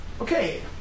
Okay